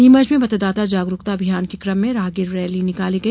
नीमच में मतदाता जागरूकता अभियान के क्रम में राहगीर रैली निकाली गई